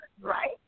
right